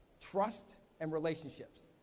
trust, and relationships.